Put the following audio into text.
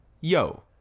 yo